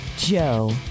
Joe